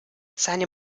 seine